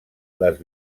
les